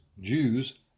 Jews